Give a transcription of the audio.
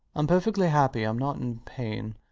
i'm perfectly happy. i'm not in pain.